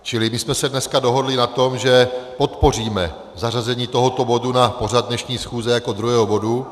Čili my jsme se dneska dohodli na tom, že podpoříme zařazení tohoto bodu na pořad dnešní schůze jako druhého bodu.